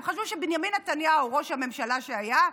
הם חשבו שבנימין נתניהו, ראש הממשלה שהיה,